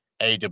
AW